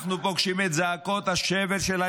אנחנו פוגשים את זעקות השבר של המשפחות,